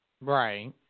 Right